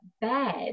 bad